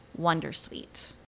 wondersuite